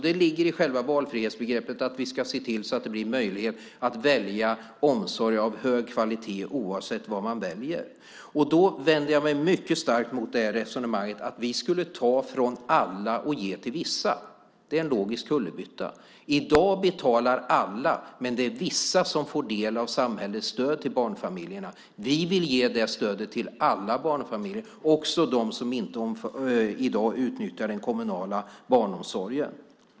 Det ligger i själva valfrihetsbegreppet att vi ska se till att det blir möjligt att välja omsorg av hög kvalitet oavsett vad man väljer. Jag vänder mig mycket starkt mot resonemanget att vi skulle ta från alla och ge till vissa. Det är en logisk kullerbytta. I dag betalar alla, men det är vissa som får del av samhällets stöd till barnfamiljerna. Vi vill ge det stödet till alla barnfamiljer, också dem som i dag inte utnyttjar den kommunala barnomsorgen.